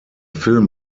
film